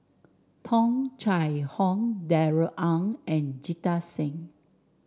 Tung Chye Hong Darrell Ang and Jita Singh